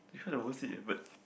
you heard of worst date